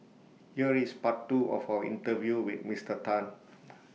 here is part two of our interview with Mister Tan